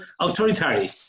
Authoritarian